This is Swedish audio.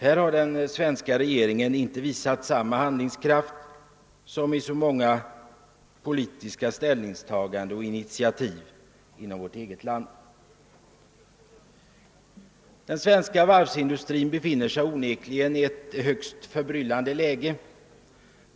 Här har den svenska regeringen inte visat samma handlingskraft som i så många politiska ställningstaganden och initiativ inom vårt eget land. Den svenska varvsindustrin befinner sig onekligen i ett högst förbryllande läge.